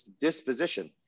disposition